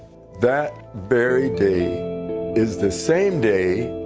that very day is the same day